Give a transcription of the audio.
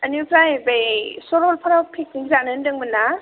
ओनिफ्राय बे सरलफारायाव पिकनिक जानो होनदोंमोनना